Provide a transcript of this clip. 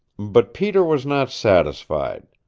but peter was not satisfied.